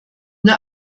der